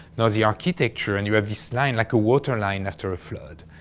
now, the architecture and you have this line like a waterline after a flood.